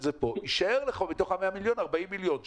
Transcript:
זה פה יישאר לך מתוך ה-100 מיליון: 40 מיליון,